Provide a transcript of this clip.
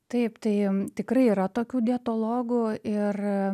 taip tai tikrai yra tokių dietologų ir